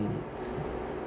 mm